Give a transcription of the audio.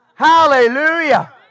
Hallelujah